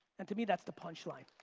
and, to me, that's the punchline.